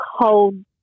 cold